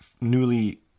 newly